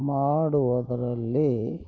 ಮಾಡುವುದರಲ್ಲಿ